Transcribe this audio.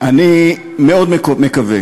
אני מאוד מקווה